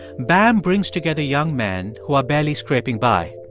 bam brings together young men who are barely scraping by.